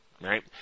Right